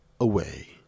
away